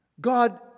God